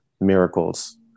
miracles